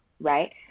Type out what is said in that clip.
right